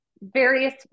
various